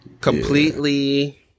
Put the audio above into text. completely